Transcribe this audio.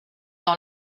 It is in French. dans